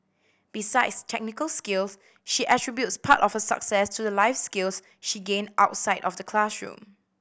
besides technical skills she attributes part of her success to the life skills she gained outside of the classroom